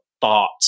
thoughts